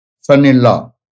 son-in-law